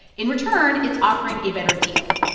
in return, it's offering a better deal,